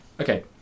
Okay